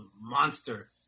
monster